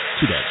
today